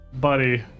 Buddy